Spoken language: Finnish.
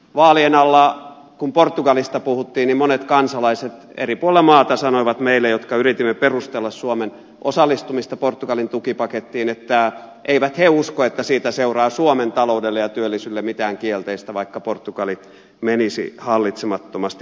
vaalien alla kun portugalista puhuttiin monet kansalaiset eri puolilla maata sanoivat meille jotka yritimme perustella suomen osallistumista portugalin tukipakettiin että eivät he usko että siitä seuraa suomen taloudelle ja työllisyydelle mitään kielteistä vaikka portugali menisi hallitsemattomasti maksukyvyttömäksi